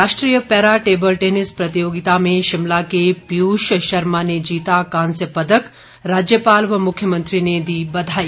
राष्ट्रीय para table tennis प्रतियोगिता में शिमला के पीयूष शर्मा ने जीता कास्यं और पदक राज्यपाल व मुख्यमंत्री ने दी बधाई